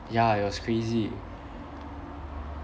ya it was crazy